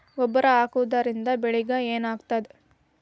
ಗೊಬ್ಬರ ಹಾಕುವುದರಿಂದ ಬೆಳಿಗ ಏನಾಗ್ತದ?